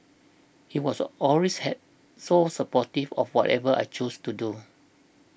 he was always had so supportive of whatever I chose to do